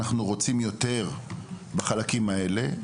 אנחנו רוצים יותר בחלקים האלה.